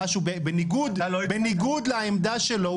משהו בניגוד לעמדה שלו,